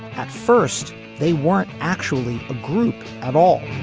at first they weren't actually a group at all